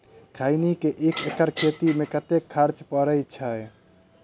खैनी केँ एक एकड़ खेती मे कतेक खर्च परै छैय?